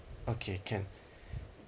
okay can